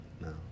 no